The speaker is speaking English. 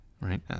right